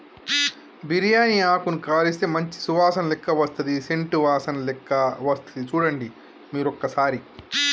బిరియాని ఆకును కాలిస్తే మంచి సువాసన వస్తది సేంట్ వాసనలేక్క వస్తది చుడండి మీరు ఒక్కసారి